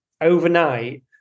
overnight